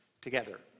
together